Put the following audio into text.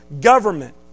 government